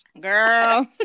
Girl